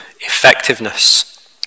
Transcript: effectiveness